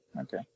okay